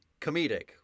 comedic